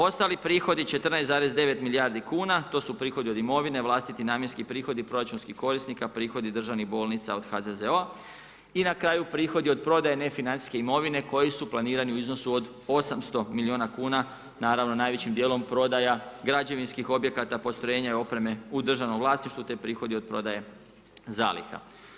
Ostali prihodi 14,9 milijardi kuna, to su prihodi od imovine, vlastiti namjenski prihodi proračunskih korisnika, prihodi državnih bolnica od HZZO-a i na kraju prihodi od prodaje nefinancijske imovine koji su planirani u iznosu od 800 milijuna kuna, najvećim dijelom prodaja građevinskih objekata, postrojenja i opreme u državnom vlasništvu te prihodi od prodaje zaliha.